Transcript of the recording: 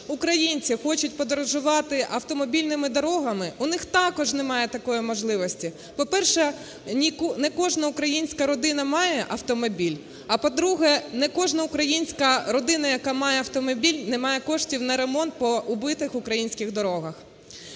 українці хочуть подорожувати автомобільними дорогами, у них також немає такої можливості. По-перше, не кожна українська родина має автомобіль, а, по-друге, не кожна українська родина, яка має автомобіль, не має коштів на ремонт по убитих українських дорогах.